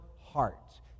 heart